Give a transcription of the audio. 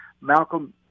Malcolm